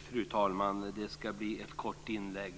Fru talman! Det ska bli ett kort inlägg.